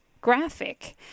graphic